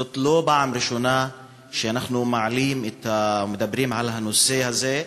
זאת לא הפעם הראשונה שאנחנו מעלים ומדברים על הנושא הזה,